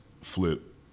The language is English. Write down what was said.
flip